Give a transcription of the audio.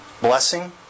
Blessing